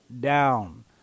down